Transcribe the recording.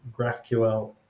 GraphQL